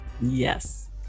Yes